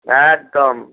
একদম